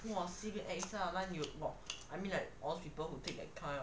!wah! sibeh expensive lah I mean like all these people who take that kind of stuff